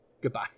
goodbye